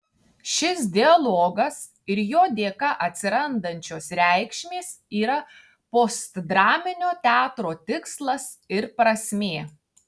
šis dialogas ir jo dėka atsirandančios reikšmės yra postdraminio teatro tikslas ir prasmė